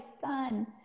Done